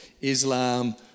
Islam